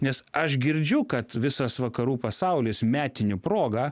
nes aš girdžiu kad visas vakarų pasaulis metinių proga